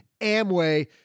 Amway